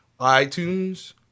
iTunes